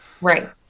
Right